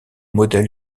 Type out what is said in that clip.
modèles